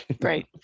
Right